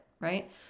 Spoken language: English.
right